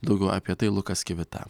daugiau apie tai lukas kvita